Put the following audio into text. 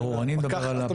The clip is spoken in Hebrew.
ברור, אני מדבר על הפקח.